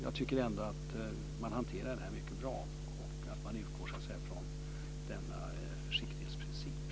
Jag tycker att man hanterar detta bra. Man utgår från försiktighetsprincipen.